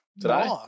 today